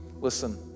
listen